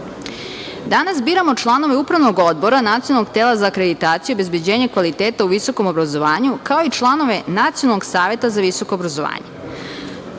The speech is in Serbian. biramo članove Upravnog odbora Nacionalnog tela za akreditaciju, obezbeđenje kvaliteta u visokom obrazovanju, kao i članove Nacionalnog saveta za visoko obrazovanje.